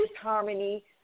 harmony